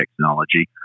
technology